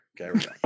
Okay